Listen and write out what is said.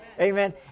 Amen